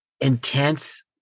intense